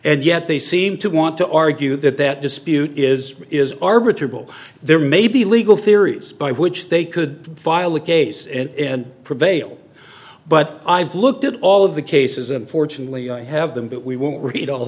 and yet they seem to want to argue that that dispute is is arbiter bull there may be legal theories by which they could file a case and prevail but i've looked at all of the cases and fortunately i have them but we won't read all